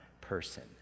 person